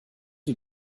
you